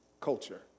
culture